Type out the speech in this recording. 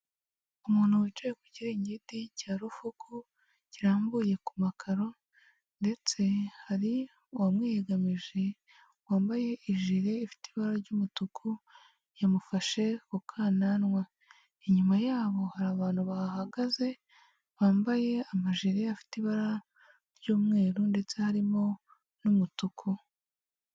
Umuntu wicaye ku kiringiti cya rufuku kirambuye ku makaro, ndetse hari uwamwiyegamije wambaye ijiri ifite ibara ry'umutuku yamufashe ku kananwa. Inyuma yabo hari abantu bahahagaze bambaye amajiri afite ibara ry'umweru ndetse harimo n'umutuku.